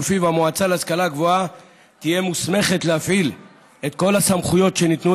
ולפיו המועצה להשכלה גבוהה תהיה מוסמכת להפעיל את כל הסמכויות שניתנו